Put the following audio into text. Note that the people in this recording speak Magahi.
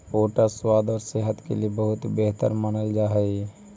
ओट्स स्वाद और सेहत के लिए बहुत बेहतर मानल जा हई